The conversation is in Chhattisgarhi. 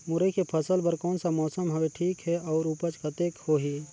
मुरई के फसल बर कोन सा मौसम हवे ठीक हे अउर ऊपज कतेक होही?